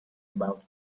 about